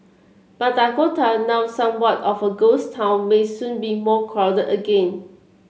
but Dakota now somewhat of a ghost town may soon be more crowded again